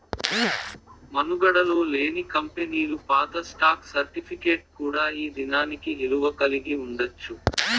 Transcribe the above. మనుగడలో లేని కంపెనీలు పాత స్టాక్ సర్టిఫికేట్ కూడా ఈ దినానికి ఇలువ కలిగి ఉండచ్చు